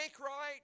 right